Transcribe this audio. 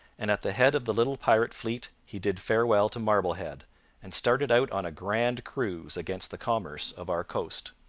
and at the head of the little pirate fleet he bid farewell to marblehead and started out on a grand cruise against the commerce of our coast.